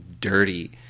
dirty